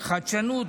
חדשנות,